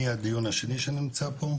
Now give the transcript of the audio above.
זה הדיון השני שאני נמצא בו,